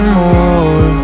more